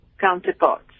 counterparts